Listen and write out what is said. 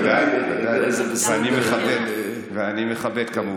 ודאי, ודאי, ואני מכבד, כמובן.